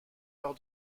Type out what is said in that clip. leur